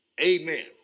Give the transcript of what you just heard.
Amen